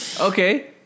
Okay